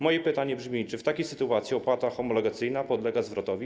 Moje pytanie brzmi: Czy w takiej sytuacji opłata homologacyjna podlega zwrotowi?